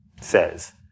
says